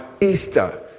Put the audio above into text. Easter